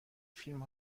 فیلم